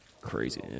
Crazy